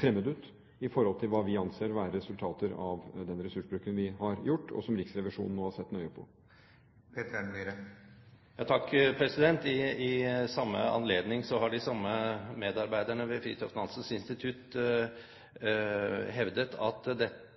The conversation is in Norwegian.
fremmed ut i forhold til hva vi anser for å være resultater av den ressursbruken vi har hatt, og som Riksrevisjonen nå har sett nøye på. I samme anledning har de samme medarbeiderne ved Fridtjof Nansens Institutt hevdet at det